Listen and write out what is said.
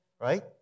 right